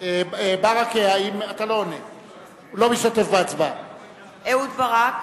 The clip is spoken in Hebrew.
ברכה, אינו משתתף בהצבעה אהוד ברק,